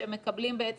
שמקבלים את